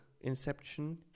Inception